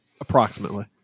Approximately